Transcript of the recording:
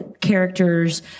characters